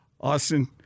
Austin